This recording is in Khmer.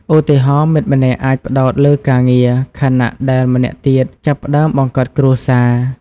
ឧទាហរណ៍ មិត្តម្នាក់អាចផ្ដោតលើការងារ ខណៈដែលម្នាក់ទៀតចាប់ផ្ដើមបង្កើតគ្រួសារ។